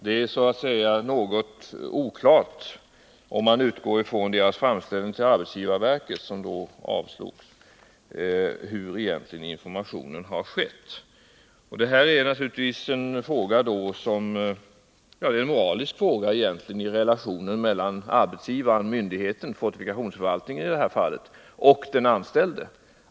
Om man utgår från fortifikationsförvaltningens framställning till arbetsgivarverket, som avslogs, är det så att säga något oklart hur det egentligen varit med informationen. Det här är egentligen en moralisk fråga i relationen mellan arbetsgivaren/ myndigheten, dvs. fortifikationsförvaltningen i det här fallet, och den anställde.